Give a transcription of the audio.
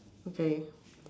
okay